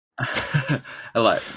hello